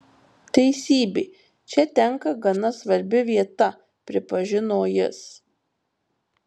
teisybė čia tenka gana svarbi vieta pripažino jis